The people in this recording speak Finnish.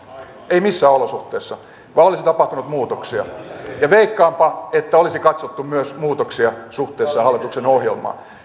ei missään olosuhteissa vaan olisi tapahtunut muutoksia veikkaanpa että olisi katsottu myös muutoksia suhteessa hallituksen ohjelmaan